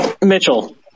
Mitchell